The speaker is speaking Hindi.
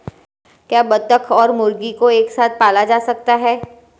क्या बत्तख और मुर्गी को एक साथ पाला जा सकता है?